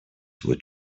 would